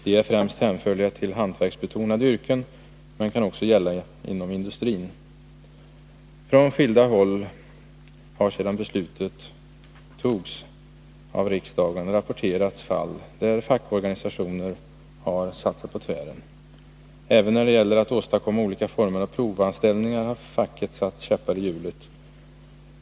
De är främst hänförliga till hantverksbetonade yrken, men kan också gälla inom industrin. Från skilda håll har, sedan beslutet fattades av riksdagen, rapporterats fall där fackorganisationer har satt sig på tvären. Även när det gäller att åstadkomma olika former av provanställningar har facket satt käppar i hjulet.